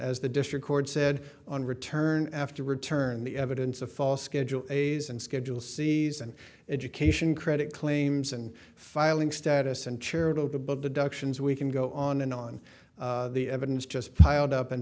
as the district court said on return after return the evidence of fall schedule a's and schedule cs and education credit claims and filing status and charitable deductions we can go on and on the evidence just piled up